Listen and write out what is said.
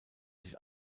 sich